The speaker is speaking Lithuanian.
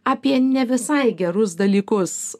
apie ne visai gerus dalykus